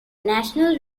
national